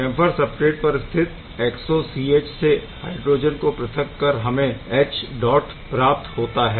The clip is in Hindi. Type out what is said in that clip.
कैम्फर सबस्ट्रेट पर स्थित एक्सो C H से हाइड्रोजन को पृथक कर हमें H डौट प्राप्त होता है